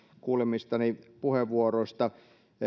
kuulemistani puheenvuoroista